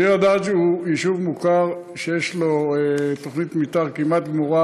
ביר-הדאג' הוא יישוב מוכר שיש לו תוכנית מתאר כמעט גמורה.